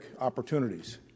opportunities